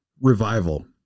Revival